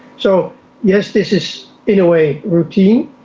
so yes, this is in a way routine,